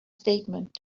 statement